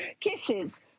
kisses